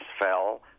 fell